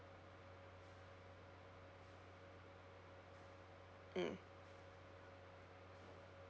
mm